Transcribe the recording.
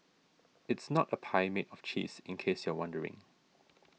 it's not a pie made of cheese in case you're wondering